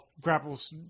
grapples